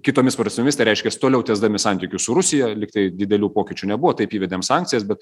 kitomis prasmėmis tai reiškias toliau tęsdami santykius su rusija lyg tai didelių pokyčių nebuvo taip įvedėm sankcijas bet